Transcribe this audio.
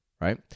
right